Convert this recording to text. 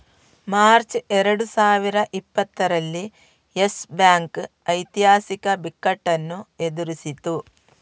March ಎರಡು ಸಾವಿರದ ಇಪ್ಪತ್ತರಲ್ಲಿ ಯೆಸ್ ಬ್ಯಾಂಕ್ ಐತಿಹಾಸಿಕ ಬಿಕ್ಕಟ್ಟನ್ನು ಎದುರಿಸಿತು